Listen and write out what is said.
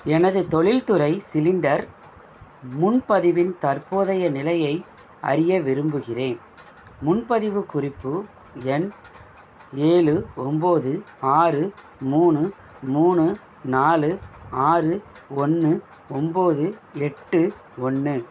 எனது தொழில்துறை சிலிண்டர் முன்பதிவின் தற்போதைய நிலையை அறிய விரும்புகிறேன் முன்பதிவுக் குறிப்பு எண் ஏழு ஒம்போது ஆறு மூணு மூணு நாலு ஆறு ஒன்று ஒம்போது எட்டு ஒன்று